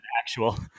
actual